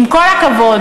עם כל הכבוד.